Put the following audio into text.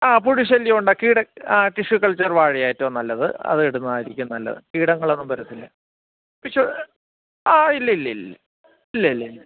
ആ പുഴു ശല്യം ഉണ്ടാകും കീട ആ റ്റിഷ്യൂ കൾച്ചർ വാഴയാണ് ഏറ്റവും നല്ലത് അത് ഇടുന്നതായിരിക്കും നല്ലത് കീടങ്ങളൊന്നും വരത്തില്ല റ്റിഷ്യൂ ആ ഇല്ല ഇല്ല ഇല്ല ഇല്ല ഇല്ല ഇല്ല